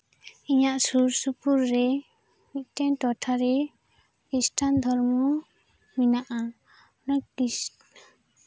ᱤᱧᱟᱹᱜ ᱥᱩᱨ ᱥᱩᱯᱩᱨ ᱨᱮ ᱢᱤᱫᱴᱷᱮᱱ ᱴᱚᱴᱷᱟᱨᱮ ᱠᱷᱤᱥᱴᱟᱱ ᱫᱷᱚᱨᱢᱚ ᱢᱮᱱᱟᱜᱼᱟ ᱚᱱᱟ ᱠᱨᱤᱥ